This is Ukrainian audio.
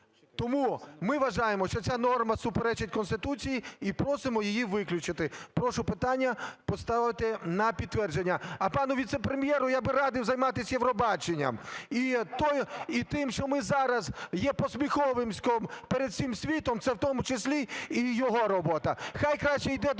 Тому ми вважаємо, що ця норма суперечить Конституції і просимо її виключити. Прошу питання поставити на підтвердження. А пану віце-прем'єру я б радив займатися Євробаченням і тим, що ми зараз є посміховиськом перед всім світом, це в тому числі і його робота.